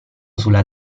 sulla